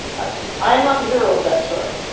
i see. i'm not the hero of that story.